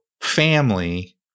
family